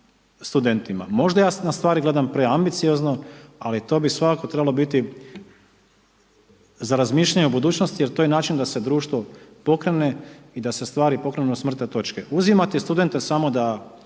studentima. Možda ja na stvari gledam preambiciozno, ali to bi svakako trebalo biti za razmišljanje u budućnosti, jer to je način da se društvo pokrene i da se stvari pokrenu s mrtve točke. Uzimate od studente samo da